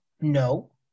no